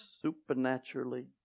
Supernaturally